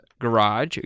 Garage